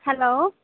hello